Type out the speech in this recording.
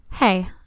Hey